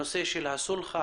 הנושא של הסולחה,